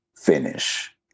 Finish